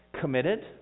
Committed